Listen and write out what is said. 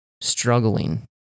struggling